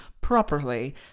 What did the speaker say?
properly